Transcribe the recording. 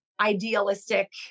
idealistic